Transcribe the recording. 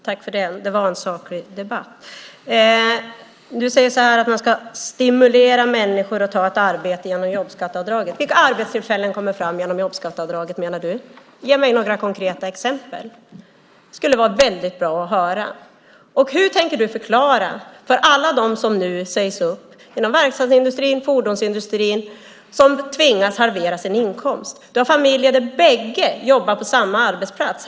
Herr talman! Det var en saklig debatt. Du säger att man genom jobbskatteavdraget ska stimulera människor att ta arbete. Vilka arbetstillfällen kommer fram genom jobbskatteavdraget, menar du? Ge mig några konkreta exempel! Det skulle vara väldigt bra att höra. Hur tänker du förklara detta för alla dem som nu sägs upp inom verkstadsindustrin och fordonsindustrin, för dem som tvingas halvera sin inkomst, för de familjer där bägge jobbar på samma arbetsplats?